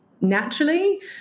naturally